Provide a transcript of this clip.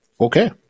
Okay